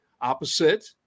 opposite